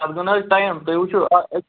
تَتھ گوٚو نہٕ حظ ٹایم تُہۍ وٕچھِو